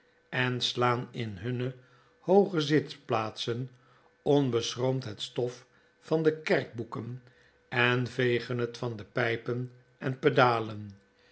en slaan in hunne hooge zitplaatsen onbeschroomd het stof van de kerkboeken en vegen het van de pijpen en pedalen